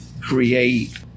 create